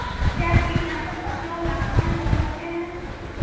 क्या कीटनाशक फसलों को नुकसान पहुँचाते हैं?